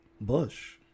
Bush